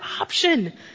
option